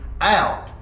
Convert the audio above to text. out